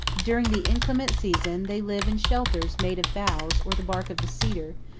during the inclement season they live in shelters made of boughs or the bark of the cedar,